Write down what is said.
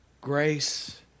Grace